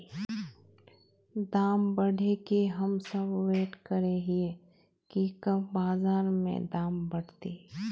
दाम बढ़े के हम सब वैट करे हिये की कब बाजार में दाम बढ़ते?